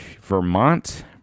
Vermont